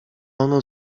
ono